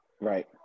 Right